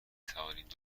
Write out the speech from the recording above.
توانید